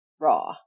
raw